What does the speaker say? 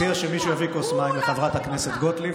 אני מציע שמישהו יביא כוס מים לחברת הכנסת גוטליב,